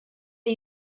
are